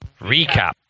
Recap